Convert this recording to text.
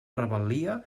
rebel·lia